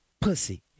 pussy